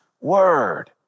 word